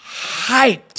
hyped